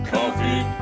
Coffee